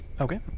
Okay